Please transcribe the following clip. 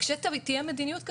כשתהיה מדיניות כזאת,